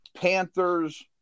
Panthers